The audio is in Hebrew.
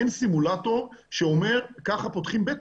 אין סימולטור שאומר ככה פותחים בטן.